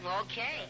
Okay